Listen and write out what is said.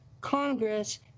Congress